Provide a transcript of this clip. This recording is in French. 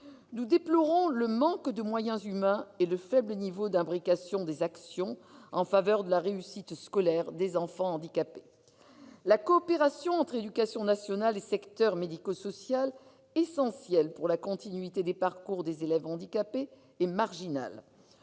Nous déplorons le manque de moyens humains et le faible niveau d'imbrication des actions en faveur de la réussite scolaire des enfants handicapés. La coopération entre éducation nationale et secteur médico-social, essentielle pour la continuité des parcours des élèves handicapés, est marginale.